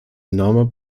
enormer